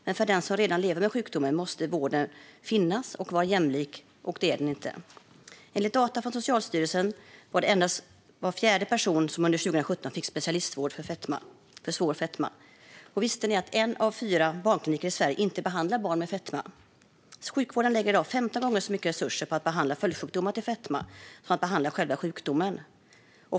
Men för den som redan lever med sjukdomen måste vården finnas och vara jämlik, och det är den inte. Enligt data från Socialstyrelsen var det endast var fjärde person som under 2017 som fick specialistvård för svår fetma. Visste ni att en av fyra barnkliniker i Sverige inte behandlar barn med fetma? Sjukvården lägger i dag 15 gånger så mycket resurser på att behandla följdsjukdomar till fetma som på att behandla själva sjukdomen.